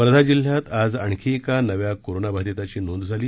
वर्धा जिल्ह्यात आज आणखी एका नव्या कोरोनाबाधिताची नोंद झाली